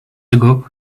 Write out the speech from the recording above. ago